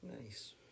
Nice